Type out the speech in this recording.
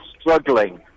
struggling